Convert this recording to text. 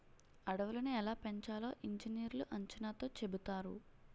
అడవులని ఎలా పెంచాలో ఇంజనీర్లు అంచనాతో చెబుతారు